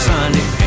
Sunday